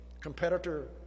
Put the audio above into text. competitor